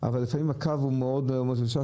אבל לפעמים הקו הוא מאוד מטושטש,